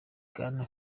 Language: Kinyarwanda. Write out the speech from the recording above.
bwana